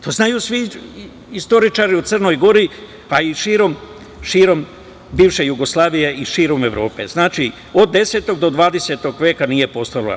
To znaju svi istoričari u Crnoj Gori, a i širom bivše Jugoslavije i širom Evrope, znači, od 10. do 20. veka nije postojala.